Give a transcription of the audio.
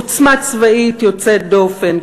עוצמה צבאית יוצאת דופן,